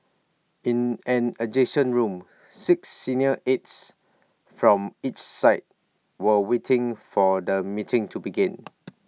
in an adjoining room six senior aides from each side were waiting for the meeting to begin